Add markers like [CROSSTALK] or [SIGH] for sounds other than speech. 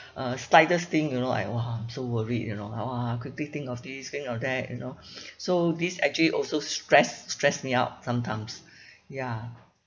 uh slightest thing you know I !wah! I'm so worried you know !wah! quickly think of this think of that you know [BREATH] so this actually also stress stress me out sometimes [BREATH] ya